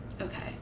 Okay